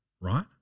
right